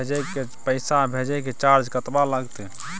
पैसा भेजय के चार्ज कतबा लागते?